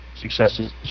successes